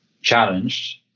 challenged